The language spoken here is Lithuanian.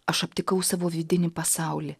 aš aptikau savo vidinį pasaulį